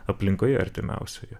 aplinkoje artimiausioje